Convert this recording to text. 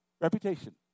Reputation